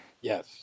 Yes